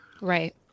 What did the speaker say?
Right